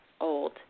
old